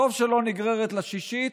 וטוב שלא נגררת לשישית.